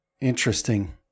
interesting